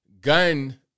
gun